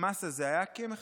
המס הזה היה כי הם החליטו.